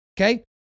okay